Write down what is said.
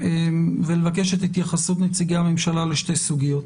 ולבקש את התייחסות נציגי הממשלה לשתי סוגיות.